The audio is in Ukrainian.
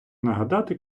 нагадати